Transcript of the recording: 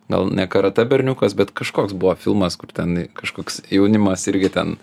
gal ne karatė berniukas bet kažkoks buvo filmas kur ten kažkoks jaunimas irgi ten